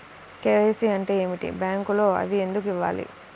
KYC అంటే ఏమిటి? బ్యాంకులో అవి ఎందుకు ఇవ్వాలి?